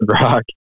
Rock